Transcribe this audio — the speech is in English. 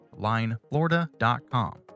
LineFlorida.com